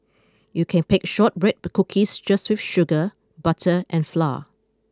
you can bake shortbread cookies just with sugar butter and flour